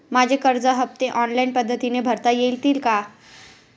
माझे कर्ज हफ्ते ऑनलाईन पद्धतीने भरता येतील का?